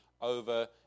over